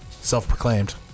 self-proclaimed